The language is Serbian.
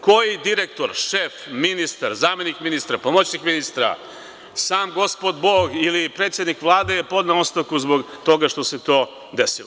Koji direktor, šef, ministar, zamenik ministra, pomoćnik ministra, sam gospod Bog ili predsednik Vlade je podneo ostavku zbog toga što se to desilo?